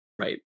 Right